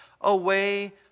away